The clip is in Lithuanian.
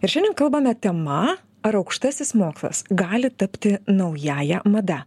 ir šiandien kalbame tema ar aukštasis mokslas gali tapti naująja mada